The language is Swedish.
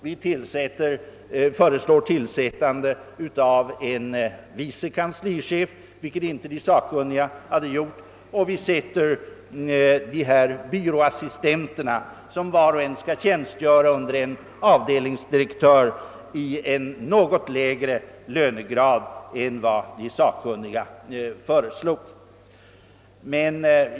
Vi har föreslagit tillsättande av en vice kanslichef, vilket inte de sakkunniga hade gjort, och placerat byråassistenterna — som var och en kommer att tjänstgöra under en avdelningsdirektör — i en något lägre lönegrad än de sakkunniga föreslog.